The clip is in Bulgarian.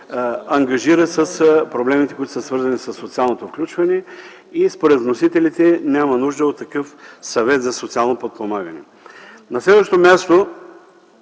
ангажират с проблемите, които са свързани със социалното включване и според вносителите няма нужда от такъв Съвет за социално подпомагане. Преди малко